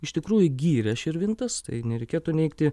iš tikrųjų gyrė širvintas tai nereikėtų neigti